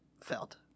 felt